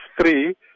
three